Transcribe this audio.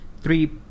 three